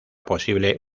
posible